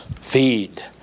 feed